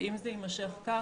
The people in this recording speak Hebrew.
ואם זה יימשך כך,